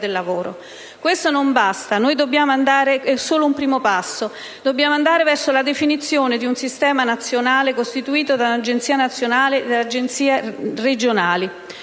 del lavoro. Questo non basta. È solo un primo passo. Dobbiamo andare verso la definizione di un sistema nazionale costituito da un'agenzia nazionale e da agenzie regionali.